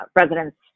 residents